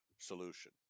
solution